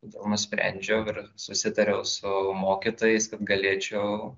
todėl nusprendžiau ir susitariau su mokytojais kad galėčiau